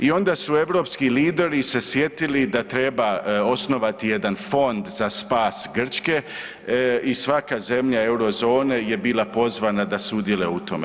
I onda su europski lideri se sjetili da treba osnovati jedan fond za spas Grčke i svaka zemlja Eurozone je bila pozvana da sudjeluje u tome.